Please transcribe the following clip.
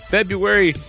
February